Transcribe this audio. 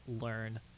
learn